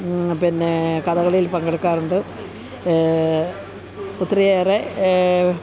പിന്നേ കഥകളിയിൽ പങ്കെടുക്കാറുണ്ട് ഒത്തിരിയേറെ